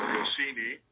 Rossini